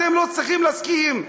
אתם לא צריכים להסכים.